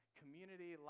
community